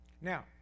Now